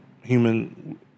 human